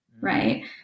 right